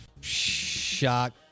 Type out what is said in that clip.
shock